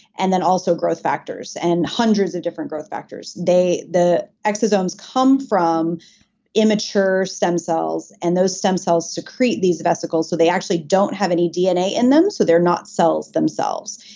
and then also growth factors and hundreds of different growth factors. the exosomes come from immature stem cells, and those stem cells secrete these vesicles. so they actually don't have any dna in them, so they're not cells themselves.